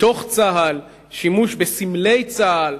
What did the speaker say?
בתוך צה"ל, שימוש בסמלי צה"ל